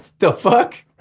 the fuck?